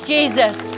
Jesus